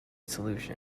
solution